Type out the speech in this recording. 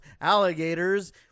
alligators